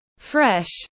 fresh